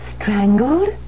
Strangled